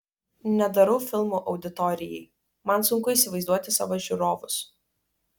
nedarau filmų auditorijai man sunku įsivaizduoti savo žiūrovus